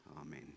amen